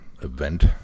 event